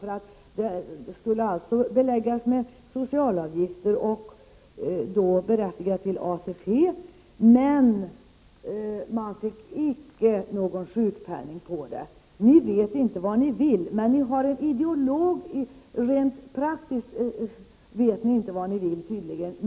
Vinstandelarna skulle alltså beläggas med socialavgifter och berättiga till ATP, men de var icke sjukpenninggrundande. Ni vet inte vad ni vill rent praktiskt, tydligen.